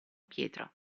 pietro